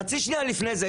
חצי שנייה לפני זה,